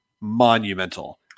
monumental